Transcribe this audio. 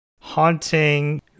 haunting